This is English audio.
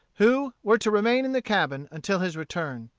who were to remain in the cabin until his return.